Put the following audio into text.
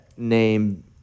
Name